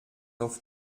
auf